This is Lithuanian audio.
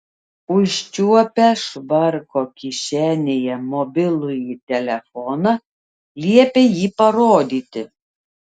užčiuopę švarko kišenėje mobilųjį telefoną liepė jį parodyti